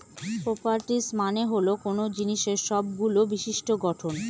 properties মানে হল কোনো জিনিসের সবগুলো বিশিষ্ট্য গঠন